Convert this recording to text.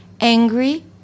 Angry